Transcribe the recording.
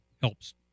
helps